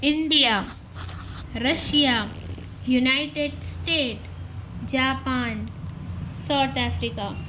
India Russia united state Japan South Africa